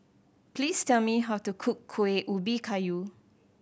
please tell me how to cook Kueh Ubi Kayu